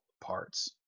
parts